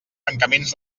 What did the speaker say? tancaments